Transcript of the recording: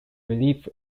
relief